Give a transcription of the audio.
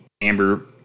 amber